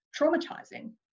traumatizing